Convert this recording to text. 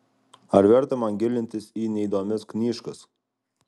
ar verta man gilintis į neįdomias knyžkas